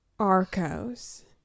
Arcos